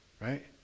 Right